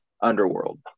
underworld